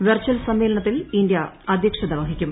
virtual സമ്മേളനത്തിൽ India അദ്ധ്യക്ഷത വഹിക്കും